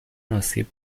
آسیب